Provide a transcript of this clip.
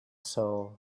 soul